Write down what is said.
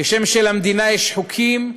כשם שלמדינה יש חוקים,